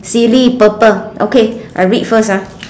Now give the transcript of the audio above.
silly purple okay I read first ah